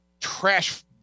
trash